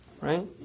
right